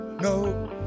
No